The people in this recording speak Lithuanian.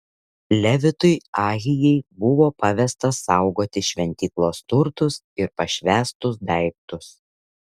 levitui ahijai buvo pavesta saugoti šventyklos turtus ir pašvęstus daiktus